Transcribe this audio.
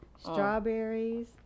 strawberries